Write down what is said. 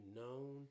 known